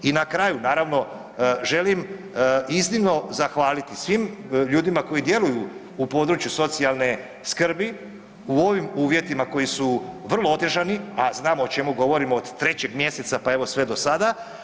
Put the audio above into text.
I na kraju naravno želim iznimno zahvaliti svim ljudima koji djeluju u području socijalne skrbi u ovim uvjetima koji su vrlo otežani, a znamo o čemu govorimo od 3. mjeseca pa evo sve do sada.